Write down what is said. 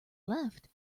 left